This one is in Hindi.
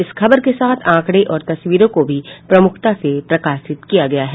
इस खबर के साथ आंकड़े और तस्वीरों को भी प्रमुखता से प्रकाशित किया गया है